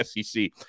SEC